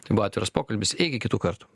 tai buvo atviras pokalbis iki kitų kartų